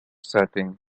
setting